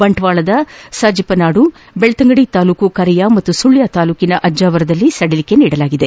ಬಂಟ್ನಾಳದ ಸಜಿಪನಾಡು ಬೆಳ್ತಂಗಡಿ ತಾಲೂಕಿನ ಕರಯಾ ಮತ್ತು ಸುಳ್ಯ ತಾಲೂಕಿನ ಅಜ್ಜಾವರದಲ್ಲಿ ಸಡಿಲಿಕೆ ನೀಡಲಾಗಿದೆ